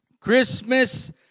Christmas